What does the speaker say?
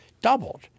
doubled